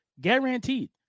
guaranteed